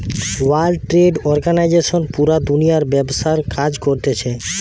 world trade organisation পুরা দুনিয়ার ব্যবসার কাজ দেখতিছে